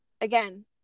again